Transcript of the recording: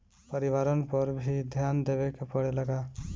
परिवारन पर भी ध्यान देवे के परेला का?